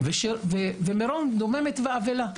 המוזיקה ומירון הייתה דוממת ואבלה.